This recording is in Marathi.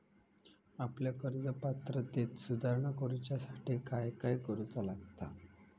आपल्या कर्ज पात्रतेत सुधारणा करुच्यासाठी काय काय करूचा लागता?